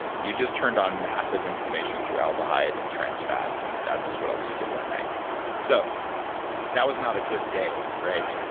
and you just turned on massive inflammation through aldehyde and trans fats and god knows what else you did that night so that was not a good day, right?